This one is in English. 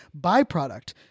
byproduct